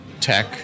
tech